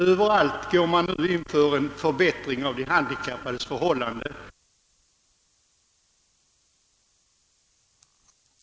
Överallt försöker man nu förbättra de handikappades förhållanden, tar upp samarbete med dem, bildar särskilda kommittéer för planering och planläggning som i största möjliga utsträckning tillgodoser deras intressen.